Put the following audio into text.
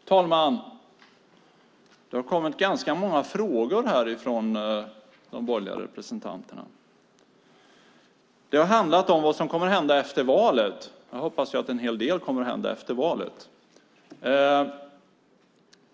Fru talman! Det har kommit ganska många frågor från de borgerliga representanterna. Det har handlat om vad som kommer att hända efter valet. Jag hoppas att en hel del kommer att hända efter valet,